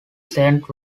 saint